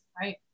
Right